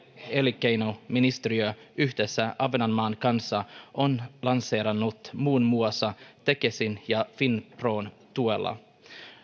elinkeinoministeriö yhdessä ahvenanmaan kanssa on lanseerannut muun muassa tekesin ja finpron tuella